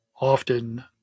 often